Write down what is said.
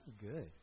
good